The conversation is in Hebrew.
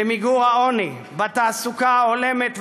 במיגור העוני, בתעסוקה הולמת ומכבדת,